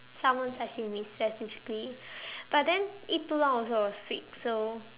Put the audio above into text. Salmon sashimi specifically but then eat too long also will sick so